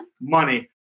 money